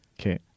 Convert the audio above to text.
Okay